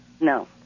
No